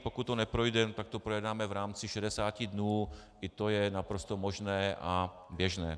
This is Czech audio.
Pokud to neprojde, tak to projednáme v rámci šedesáti dnů, i to je naprosto možné a běžné.